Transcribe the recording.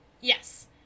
Yes